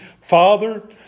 father